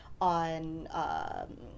on